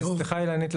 סליחה אילנית,